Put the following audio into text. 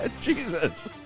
Jesus